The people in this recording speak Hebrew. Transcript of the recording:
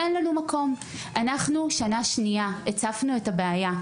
אנחנו שנה שנייה הצפנו את הבעיה,